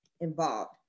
involved